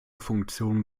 funktionen